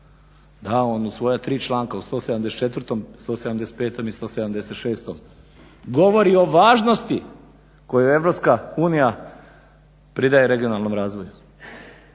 da on u svoja tri članka, u 174., 175. i 176. govori o važnosti kojoj Europska unija pridaje regionalnom razvoju.